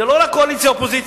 וזה לא רק קואליציה ואופוזיציה.